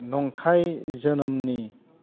नंखाय जोनोमनि